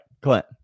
Clint